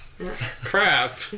Crap